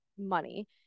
money